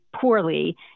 poorly